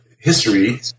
history